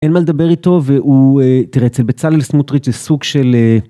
אין מה לדבר איתו והוא תראה אצל בצלאל סמוטריץ' זה סוג של.